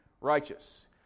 righteous